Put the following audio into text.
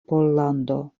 pollando